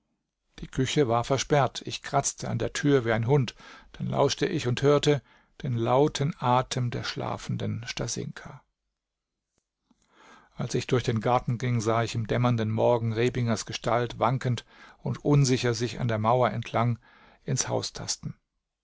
die küche war versperrt ich kratzte an der tür wie ein hund dann lauschte ich und hörte den lauten atem der schlafenden stasinka als ich durch den garten ging sah ich im dämmernden morgen rebingers gestalt wankend und unsicher sich an der mauer entlang ins haus tasten